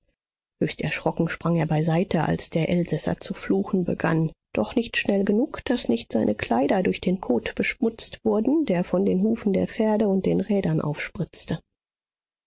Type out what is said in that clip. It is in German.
erschrocken sprang er beiseite als der elsässer zu fluchen begann doch nicht schnell genug daß nicht seine kleider durch den kot beschmutzt wurden der von den hufen der pferde und den rädern aufspritzte